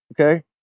Okay